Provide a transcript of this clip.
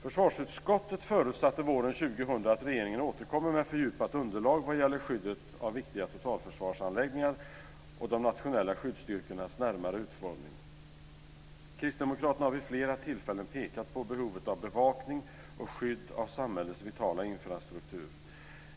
Försvarsutskottet förutsatte våren 2000 att regeringen återkommer med fördjupat underlag vad gäller skyddet av viktiga totalförsvarsanläggningar och de nationella skyddsstyrkornas närmare utformning. Kristdemokraterna har vid flera tillfällen pekat på behovet av bevakning och skydd av samhällets vitala infrastruktur.